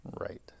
right